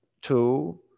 two